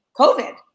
COVID